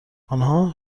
آنها